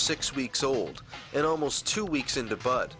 six weeks old and almost two weeks into bu